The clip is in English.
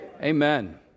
Amen